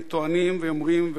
הם טוענים ואומרים,